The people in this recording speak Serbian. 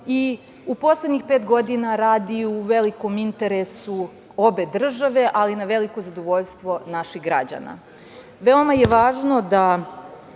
i u poslednjih pet godina radi u velikom interesu obe države, ali na veliko zadovoljstvo naših građana. Veoma je važno da